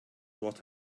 what